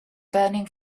burning